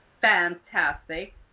fantastic